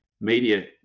Media